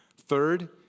Third